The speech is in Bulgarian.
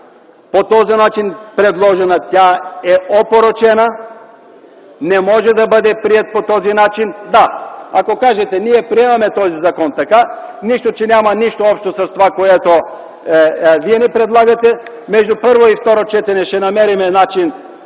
по този начин тя е опорочена. Законопроектът не може да бъде приет по този начин. Да, ако кажете: ние приемаме този закон така, нищо че няма нищо общо с това, което вие ни предлагате, между първо и второ четене ще намерим начин